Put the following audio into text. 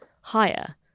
higher